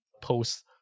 post